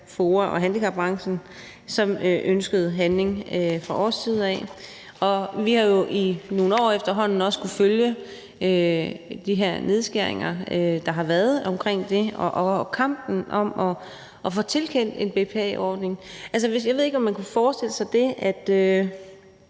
FOA og handicapbranchen, som ønskede handling fra vores side, og vi har jo efterhånden i nogle år også kunnet følge de her nedskæringer, der har været omkring det, og kampen om at få tilkendt en BPA-ordning. Jeg ved ikke, om man kunne forestille sig det, at